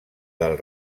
del